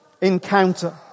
encounter